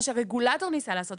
מה שהרגולטור ניסה לעשות,